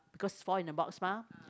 cause it's all in the box mah